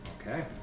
Okay